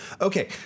Okay